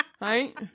right